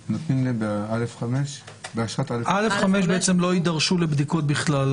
א/5 לא יידרשו לבדיקות בכלל.